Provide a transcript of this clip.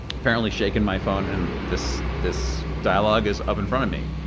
apparently shaken my phone, and this this dialogue is up in front of me.